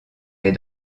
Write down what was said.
est